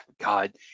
God